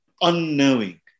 unknowing